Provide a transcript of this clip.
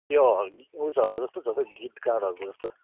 यो उसहरूको जस्तै छ त हौ गीतकारहरूको जस्तै